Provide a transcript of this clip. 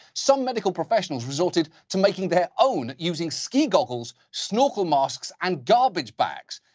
some medical professionals resorted to making their own using ski googles, snorkel masks, and garbage bags.